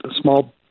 small